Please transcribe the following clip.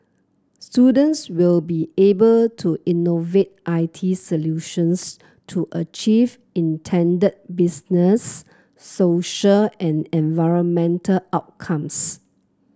students will be able to innovate I T solutions to achieve intended business social and environmental outcomes